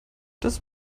das